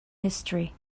history